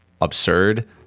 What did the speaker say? absurd